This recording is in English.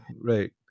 right